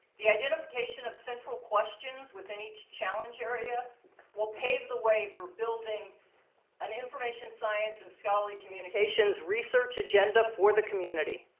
the identification of central questions within each challenge area will pave the way for building an information science and scholarly communications research agenda for the community.